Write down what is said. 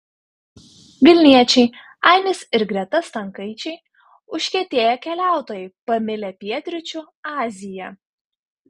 vilniečiai ainis ir greta stankaičiai užkietėję keliautojai pamilę pietryčių aziją